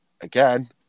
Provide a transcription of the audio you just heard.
again